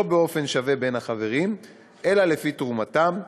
באופן שווה בין החברים אלא לפי תרומתם,